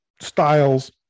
styles